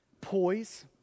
Poise